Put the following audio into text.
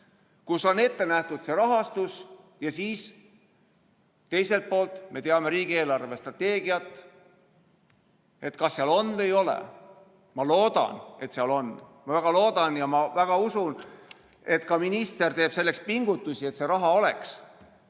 kus on ette nähtud rahastus, aga teiselt poolt me ei tea riigi eelarvestrateegiat, kas seal on või ei ole. Ma loodan, et seal on. Ma väga loodan ja ma väga usun, et ka minister teeb selleks pingutusi, et see raha oleks.